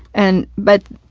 and, but,